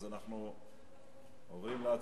אנחנו עוברים להצבעה.